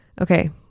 okay